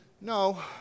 No